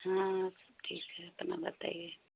हाँ सब ठीक है अपना बताइए